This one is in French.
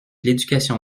l’éducation